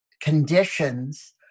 conditions